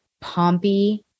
Pompey